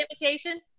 invitation